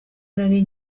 nari